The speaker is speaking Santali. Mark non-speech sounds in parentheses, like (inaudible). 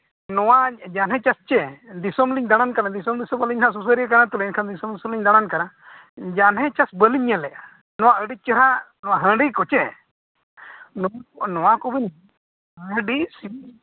ᱱᱚᱣᱟ ᱡᱟᱱᱦᱮ ᱪᱟᱥ ᱪᱮ ᱫᱤᱥᱚᱢ ᱞᱤᱧ ᱫᱟᱬᱟᱱ ᱠᱟᱱᱟ ᱫᱤᱥᱚᱢ ᱫᱤᱥᱚᱢ ᱟᱹᱞᱤᱧ ᱦᱟᱸᱜ ᱥᱩᱥᱟᱹᱨᱤᱭᱟᱹ (unintelligible) ᱮᱱᱠᱷᱟᱱ ᱫᱤᱥᱚᱢ ᱫᱤᱥᱚᱢ ᱞᱤᱧ ᱫᱟᱬᱟᱱ ᱠᱟᱱᱟ ᱡᱟᱱᱦᱮ ᱪᱟᱥ ᱵᱟᱹᱞᱤᱧ ᱧᱮᱞᱞᱮᱫᱼᱟ ᱱᱚᱣᱟ ᱟᱹᱰᱤ ᱪᱮᱦᱨᱟ ᱱᱚᱣᱟ ᱦᱟᱺᱰᱤ ᱠᱚ ᱪᱮ ᱱᱚᱣᱟ ᱠᱚᱦᱚᱸ ᱟᱹᱰᱤ ᱥᱤᱵᱤᱞ